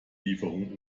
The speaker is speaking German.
lieferung